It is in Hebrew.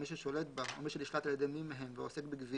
מי ששולט בה או מי שנשלט על ידי מי מהם ועוסק בגביה,